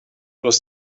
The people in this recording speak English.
was